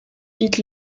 pitt